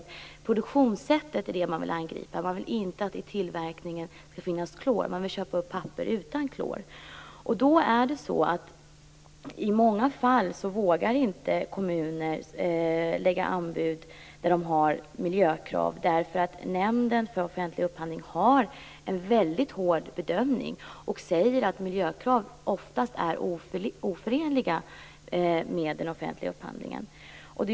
Produktionssättet är alltså det man vill angripa. Man vill inte att det vid tillverkningen skall finnas klor. Man vill köpa upp papper utan klor. I många fall vågar inte kommuner lägga anbud och ställa miljökrav därför att Nämnden för offentlig upphandling gör en väldigt hård bedömning. Nämnden säger att miljökrav oftast är oförenliga med den offentliga upphandlingen.